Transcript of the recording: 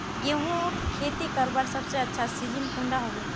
गेहूँर खेती करवार सबसे अच्छा सिजिन कुंडा होबे?